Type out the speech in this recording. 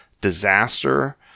disaster